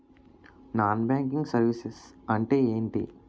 Non banking services అంటే ఎంటి?